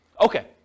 Okay